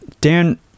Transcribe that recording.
dan